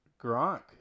Gronk